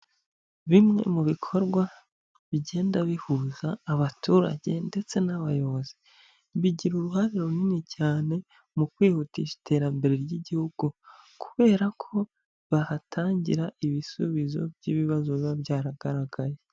Bimwe mu bikorwa bigenda bihuza abaturage ndetse n'abayobozi, bigira uruhare runini cyane mu kwihutisha iterambere ry'igihugu kubera ko bahatangira ibisubizo by'ibibazo biba byaragaragaye.